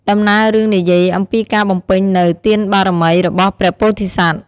ដំណើររឿងនិយាយអំពីការបំពេញនូវ ទានបារមី របស់ព្រះពោធិសត្វ។